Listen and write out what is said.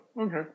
Okay